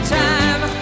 time